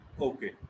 Okay